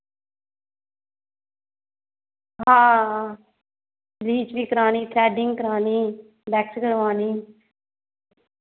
हां ब्लीच बी करानी थ्रैडिंग करानी वैक्स करवानी